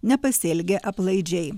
nepasielgė aplaidžiai